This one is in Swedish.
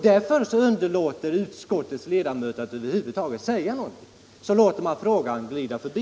Därför undviker utskottets ledamöter att över huvud taget säga någonting och låter frågan glida förbi.